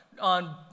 on